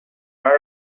are